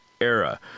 era